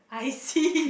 I see